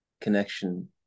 connection